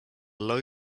low